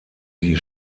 die